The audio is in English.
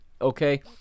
okay